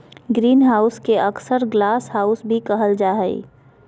greenhouse के अक्सर glasshouse भी कहल जा हइ